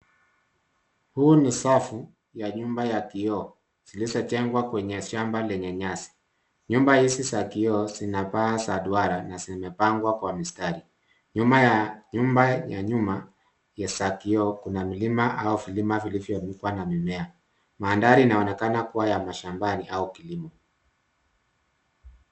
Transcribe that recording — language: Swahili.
Huu ni safu ya nyumba ya kioo zilizojengwa kwenye shamba lenye nyasi. Nyumba hizi za kioo zina paa za duara na zimepangwa kwa mistari. Nyuma ya nyumba ya nyuma za kioo kuna milima au vilima vilivyorukwa na mimea. Mandhari inaonekana kuwa ya mashambani au kilimo.